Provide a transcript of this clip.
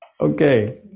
Okay